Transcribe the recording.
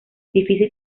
difícil